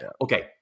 okay